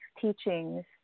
teachings